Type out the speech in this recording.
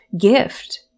gift